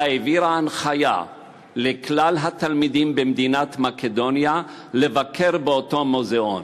אלא היא העבירה הנחיה לכלל התלמידים במדינת מקדוניה לבקר באותו מוזיאון.